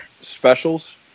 specials